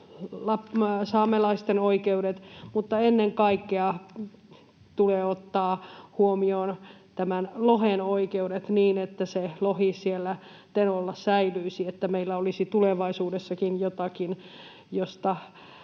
saamelaisten oikeudet, mutta ennen kaikkea tulee ottaa huomioon tämän lohen oikeudet niin, että se lohi siellä Tenolla säilyisi, että meillä olisi tulevaisuudessakin jotakin, jolla